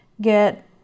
get